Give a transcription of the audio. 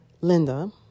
linda